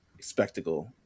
spectacle